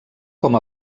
com